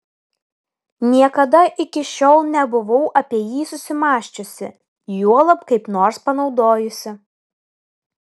niekada iki šiol nebuvau apie jį susimąsčiusi juolab kaip nors panaudojusi